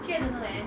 ha